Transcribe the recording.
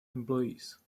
employees